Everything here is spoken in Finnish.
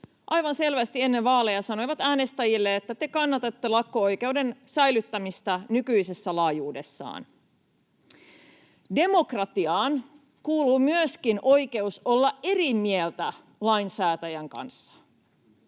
aivan selvästi ennen vaaleja sanoi äänestäjille, että te kannatatte lakko-oikeuden säilyttämistä nykyisessä laajuudessaan. Demokratiaan kuuluu myöskin oikeus olla eri mieltä lainsäätäjän kanssa,